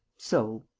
so.